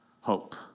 hope